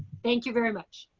thank you very much.